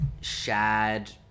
Shad